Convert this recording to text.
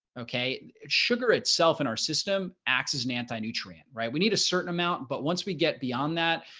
okay, sugar itself in our system acts as an anti nutrient, right, we need a certain amount, but once we get beyond that,